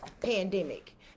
pandemic